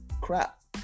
crap